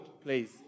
please